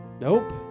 Nope